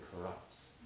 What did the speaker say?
corrupts